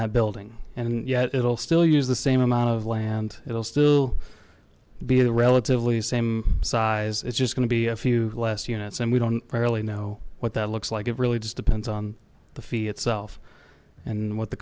that building and yet it'll still use the same amount of land it'll still be a relatively same size it's just going to be a few less units and we don't really know what that looks like it really just depends on the fee itself and what the